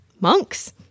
Monks